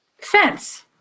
fence